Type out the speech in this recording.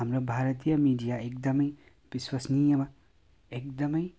हाम्रो भारतीया मिडिया एकदमै विश्वसनीयमा एकदमै